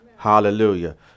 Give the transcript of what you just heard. Hallelujah